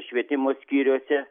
švietimo skyriuose